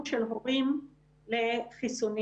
אני מאמינה שאם החיסונים